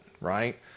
right